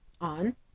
on